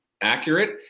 accurate